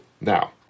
Now